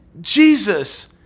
Jesus